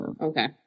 Okay